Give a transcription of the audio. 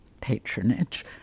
patronage